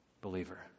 believer